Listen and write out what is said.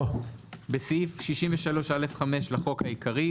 בסעיף 63(א)(5) לחוק העיקרי,